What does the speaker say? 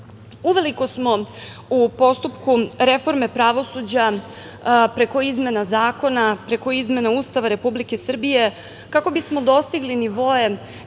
uveliko smo u postupku reforme pravosuđa preko izmena zakona, preko izmena Ustava Republike Srbije kako bismo dostigli nivoe